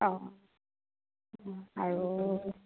অঁ আৰু